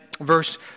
verse